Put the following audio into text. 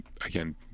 again